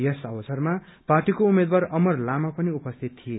यस अवसरमा पार्टीको उम्मेद्वार अमर लामा पनि उपस्थित थिए